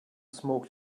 smoke